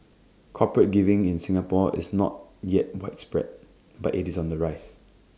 corporate giving in Singapore is not yet widespread but IT is on the rise